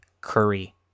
Curry